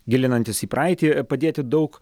gilinantis į praeitį padėti daug